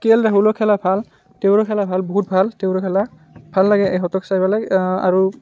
কে L ৰাহুলৰ খেলা ভাল তেওঁৰ খেলা ভাল বহুত ভাল তেওঁৰ খেলা ভাল লাগে ইহঁতক চাই পেলাই আৰু